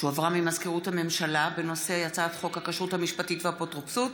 שהועברה ממזכירות הממשלה בנושא הצעת חוק הכשרות המשפטית והאפוטרופסות,